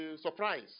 surprise